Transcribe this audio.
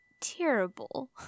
Terrible